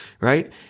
right